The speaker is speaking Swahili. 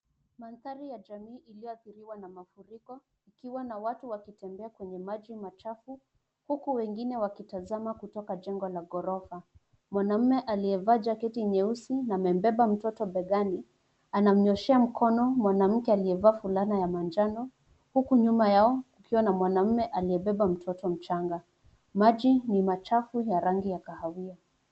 Mandhari ya jamii iliyoathiriwa na mafuriko, ikiwa na watu wakitembea kwenye maji machafu huku wengine wakitazama kutoka jengo la ghorofa. Mwanaume aliyevaa jaketi nyeusi na amembeba mtoto begani, anamnyooshea mkono mwanamke aliyevaa fulana ya manjano, huku nyuma yao kukiwa na mwanaume aliyebeba mtoto mchanga. Maji ni machafu ya rangi ya kahawia.